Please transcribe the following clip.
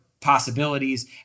possibilities